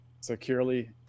securely